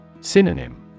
Synonym